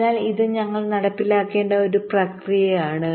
അതിനാൽ ഇത് ഞങ്ങൾ നടപ്പിലാക്കേണ്ട ഒരു പ്രക്രിയയാണ്